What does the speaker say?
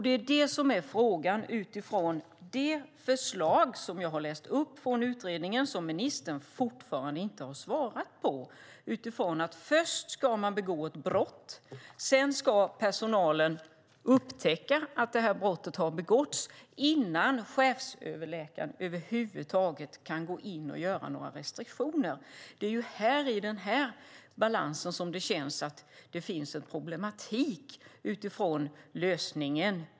Det är det som är frågan utifrån det förslag som jag har läst upp från utredningen, men som ministern fortfarande inte har svarat på, att först ska man begå ett brott, sedan ska personalen upptäcka att det här brottet har begåtts innan chefsöverläkaren över huvud taget kan gå in och vidta några restriktioner. Det är i den här balansen som det känns att det finns en problematik utifrån förslaget.